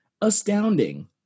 Astounding